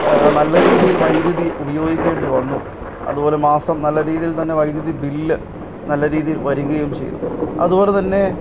നല്ല രീതിയിൽ വൈദ്യുതി ഉപയോഗിക്കേണ്ടി വന്നു അതുപോലെ മാസം നല്ല രീതിയിൽ തന്നെ വൈദ്യുതി ബില്ല് നല്ല രീതിയിൽ വരികയും ചെയ്തു അതുപോലെതന്നെ